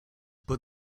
put